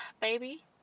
baby